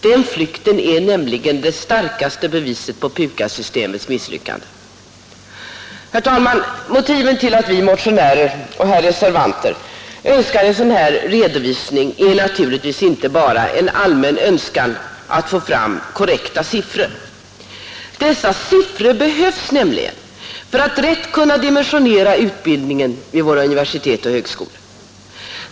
Den flykten är nämligen det starkaste beviset på PUKAS systemets misslyckande. Herr talman! Motiven till att vi motionärer och reservanter önskar en sådan här redovisning är naturligtvis inte bara en allmän önskan att få fram korrekta siffror. Dessa siffror behövs nämligen för att rätt kunna dimensionera utbildningen vid våra universitet och högskolor.